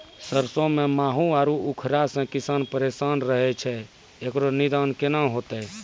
सरसों मे माहू आरु उखरा से किसान परेशान रहैय छैय, इकरो निदान केना होते?